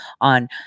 on